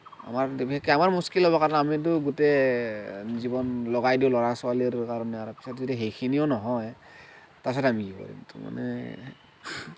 আমাৰ বিশেষকে আমাৰ মুস্কিল হ'ব কাৰণ আমিটো গোটেই জীৱন লগাই দিওঁ ল'ৰা ছোৱালীৰ কাৰণে আৰু পিছত যদি সেইখিনিও নহয় তাৰপিছত আমি কি কৰিম মানে